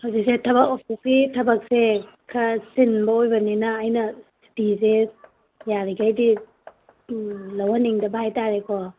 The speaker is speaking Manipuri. ꯍꯧꯖꯤꯛꯁꯦ ꯊꯕꯛ ꯑꯣꯐꯤꯁꯀꯤ ꯊꯕꯛꯁꯦ ꯈꯔ ꯆꯤꯟꯕ ꯑꯣꯏꯕꯅꯤꯅ ꯑꯩꯅ ꯁꯨꯇꯤꯁꯦ ꯌꯥꯔꯤꯒꯩꯗꯤ ꯂꯧꯍꯟꯅꯤꯡꯗꯕ ꯍꯥꯏ ꯇꯥꯔꯦꯀꯣ